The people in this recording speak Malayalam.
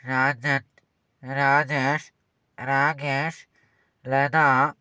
രാജൻ രാജേഷ് രാകേഷ് ലത